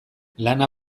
lana